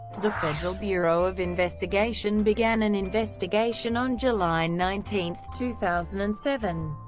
the federal bureau of investigation began an investigation on july nineteen, two thousand and seven,